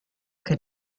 che